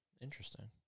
Interesting